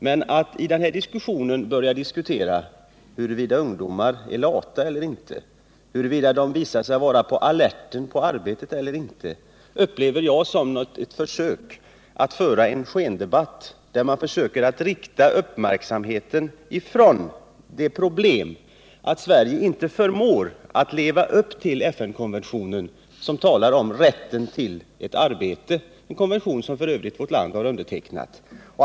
Men att i den här debatten börja diskutera huruvida ungdomar är lata eller inte, huruvida de visar sig vara på alerten på arbetet eller inte, upplever jag som en skendebatt där man söker rikta uppmärksamheten från problemet att Sverige inte förmår att leva upp till FN-konventionen som talar om rätten till ett arbete, en konvention som vårt land har undertecknat.